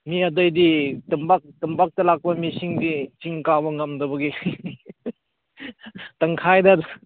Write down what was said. ꯃꯤ ꯑꯇꯩꯗꯤ ꯇꯝꯄꯥꯛ ꯇꯝꯄꯥꯛꯇ ꯂꯥꯛꯄ ꯃꯤꯁꯤꯡꯗꯤ ꯆꯤꯡ ꯀꯥꯕ ꯉꯝꯗꯕꯒꯤ ꯇꯪꯈꯥꯏꯗ